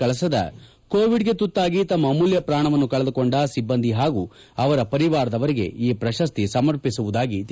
ಕಳಸದ ಕೊವಿಡ್ ಗೆ ತುತ್ತಾಗಿ ತಮ್ಮ ಅಮೂಲ್ಯ ಪೂಣವನ್ನು ಕಳೆದುಕೊಂಡ ಸಿಬ್ಬಂದಿ ಹಾಗೂ ಅವರ ಪರಿವಾರದವರಿಗೆ ಈ ಪ್ರಶಸ್ತಿ ಸಮರ್ಪಿಸುತ್ತೇನೆ ಎಂದರು